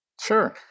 Sure